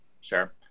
Sure